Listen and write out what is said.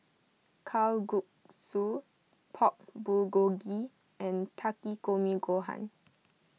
Kalguksu Pork Bulgogi and Takikomi Gohan